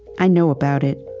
i know about it,